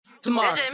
Tomorrow